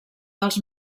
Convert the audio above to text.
dels